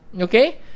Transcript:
okay